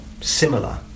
similar